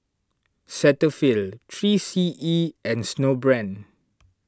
Cetaphil three C E and Snowbrand